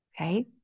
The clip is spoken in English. Okay